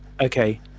Okay